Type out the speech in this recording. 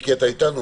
מיקי אתה איתנו?